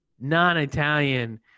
non-italian